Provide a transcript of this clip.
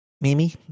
Mimi